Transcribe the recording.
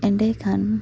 ᱮᱸᱰᱮ ᱠᱷᱟᱱ